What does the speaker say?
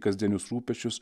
kasdienius rūpesčius